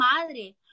madre